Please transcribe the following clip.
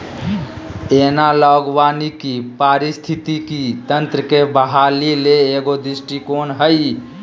analogue वानिकी पारिस्थितिकी तंत्र के बहाली ले एगो दृष्टिकोण हइ